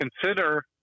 consider